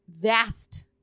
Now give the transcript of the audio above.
vast